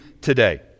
today